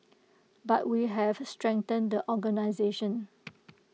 but we have strengthened the organisation